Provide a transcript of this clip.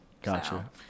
gotcha